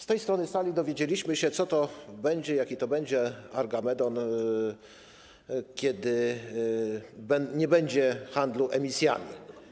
Z tej strony sali dowiedzieliśmy się, co to będzie, jaki to będzie armagedon, kiedy nie będzie handlu emisjami.